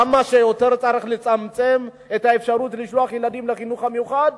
כמה שיותר צריך לצמצם את האפשרות לשלוח ילדים לחינוך המיוחד,